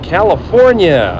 California